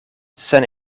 sen